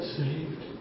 saved